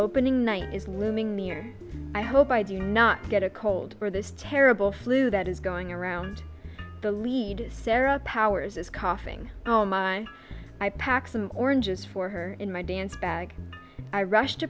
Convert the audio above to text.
opening night is looming near i hope i do not get a cold or this terrible flu that is going around the lead powers is coughing oh my i pack some oranges for her in my dance bag i rushed to